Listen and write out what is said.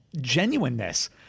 genuineness